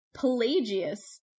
Pelagius